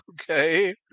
okay